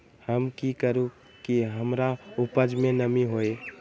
हम की करू की हमार उपज में नमी होए?